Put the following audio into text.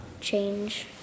change